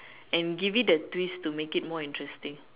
and give it a twist to make it more interesting